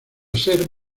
ser